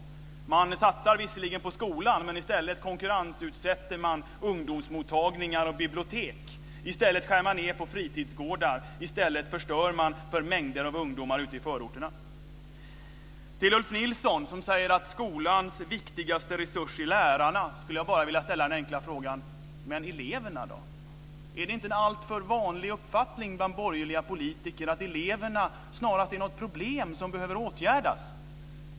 Man satsar visserligen på skolan, men konkurrensutsätter i stället ungdomsmottagningar och bibliotek, skär ned på fritidsgårdar och förstör för mängder av ungdomar ute i förorterna. Till Ulf Nilsson, som säger att skolans viktigaste resurs är lärarna, skulle jag vilja ställa en enkel fråga: Men eleverna, då? Är det inte en alltför vanlig uppfattning bland borgerliga politiker att eleverna snarast är ett problem som behöver åtgärdas?